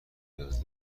نیاز